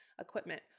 equipment